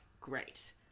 great